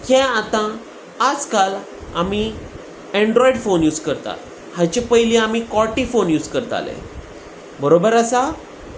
हें आतां आज काल आमी एन्ड्रॉयड फोन यूज करतात हाची पयलीं आमी कोटी फोन यूज करताले बरोबर आसा